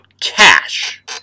cash